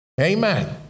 amen